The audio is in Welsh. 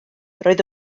roedd